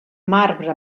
marbre